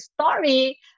story